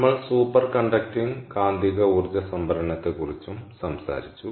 നമ്മൾ സൂപ്പർകണ്ടക്റ്റിംഗ് കാന്തിക ഊർജ്ജ സംഭരണത്തെക്കുറിച്ചും സംസാരിച്ചു